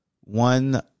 one